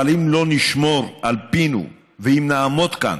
אבל אם לא נשמור על פינו, ואם נעמוד כאן